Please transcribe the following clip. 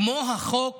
כמו החוק